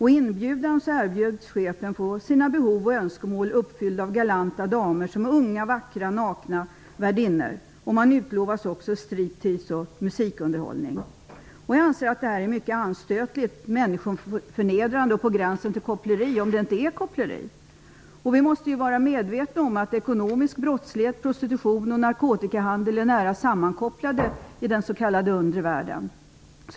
I inbjudan erbjuds chefen att få sina behov tillfredsställda och önskemål uppfyllda av galanta damer som är unga, vackra och nakna och som arbetar som värdinnor. Det utlovas också striptease och musikunderhållning. Jag anser att detta är mycket anstötligt, människoförnedrande och på gränsen till koppleri -- om det inte rent av är koppleri. Vi måste vara medvetna om att ekonomisk brottslighet, prostitution och narkotikahandel är nära sammankopplade i den s.k. undre världen.